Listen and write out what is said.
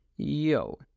Yo